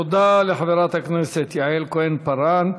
תודה לחברת הכנסת יעל כהן-פארן.